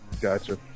Gotcha